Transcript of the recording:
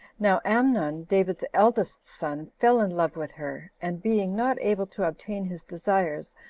now amnon, david's eldest son, fell in love with her, and being not able to obtain his desires,